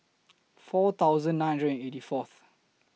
four thousand nine hundred and eighty Fourth